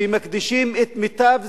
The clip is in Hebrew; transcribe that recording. שמקדישים את מיטב זמנם,